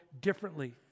differently